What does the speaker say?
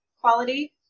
quality